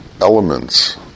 elements